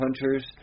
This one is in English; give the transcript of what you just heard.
hunters